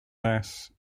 less